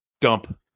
dump